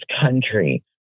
country